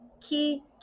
key